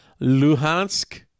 Luhansk